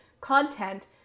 content